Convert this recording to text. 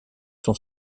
sont